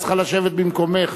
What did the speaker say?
את צריכה לשבת במקומך,